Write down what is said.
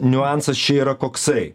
niuansas čia yra koksai